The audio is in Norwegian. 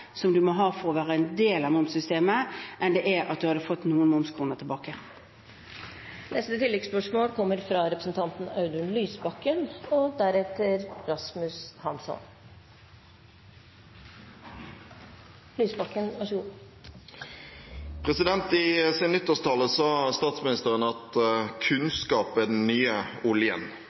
å slippe en del av det papirarbeidet man må utføre for å være en del av momssystemet, enn å få noen momskroner tilbake. Audun Lysbakken – til oppfølgingsspørsmål. I sin nyttårstale sa statsministeren at kunnskap er den nye oljen.